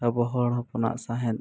ᱟᱵᱚ ᱦᱚᱲ ᱦᱚᱯᱚᱱᱟᱜ ᱥᱟᱸᱦᱮᱫ